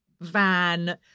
van